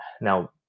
Now